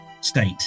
state